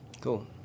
Cool